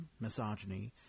misogyny